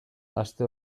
aste